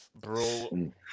Bro